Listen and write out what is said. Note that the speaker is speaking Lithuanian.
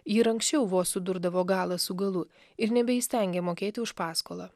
ji ir anksčiau vos sudurdavo galą su galu ir nebeįstengė mokėti už paskolą